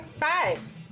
five